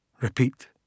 Repeat